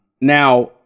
Now